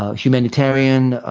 ah humanitarian,